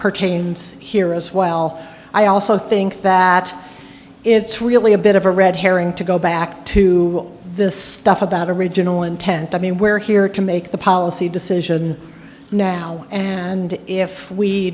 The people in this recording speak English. pertains here as well i also think that it's really a bit of a red herring to go back to this stuff about original intent i mean we're here to make the policy decision now and if we